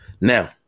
Now